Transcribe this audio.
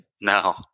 No